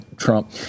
Trump